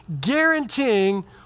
guaranteeing